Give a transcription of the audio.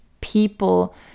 people